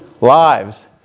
lives